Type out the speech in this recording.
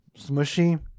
smushy